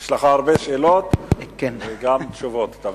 יש לך הרבה שאלות, וגם תשובות אתה מקבל.